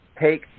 take